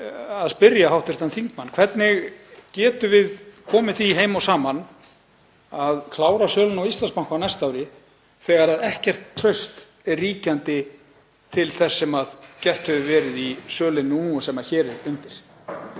að spyrja hv. þingmann: Hvernig getum við komið því heim og saman að klára söluna á Íslandsbanka á næsta ári þegar ekkert traust er ríkjandi til þess sem gert hefur verið í sölunni sem hér er undir?